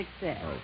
success